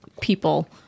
people